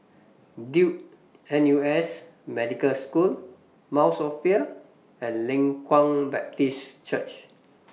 Duke N U S Medical School Mount Sophia and Leng Kwang Baptist Church